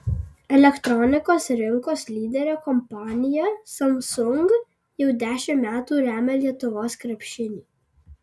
elektronikos rinkos lyderė kompanija samsung jau dešimt metų remia lietuvos krepšinį